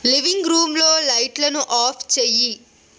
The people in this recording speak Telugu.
లివింగ్ రూమ్లో లైట్లను ఆఫ్ చెయ్యి